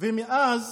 ומאז